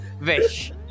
Vish